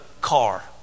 car